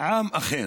עם אחר?